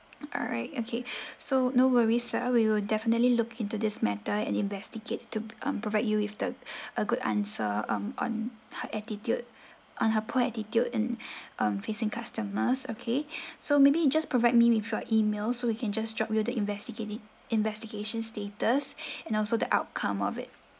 alright okay so no worry sir we will definitely look into this matter and investigate to um provide you with the a good answer um on her attitude on her poor attitude in um facing customers okay so maybe just provide me with your email so we can just drop you the investigate it investigation status and also the outcome of it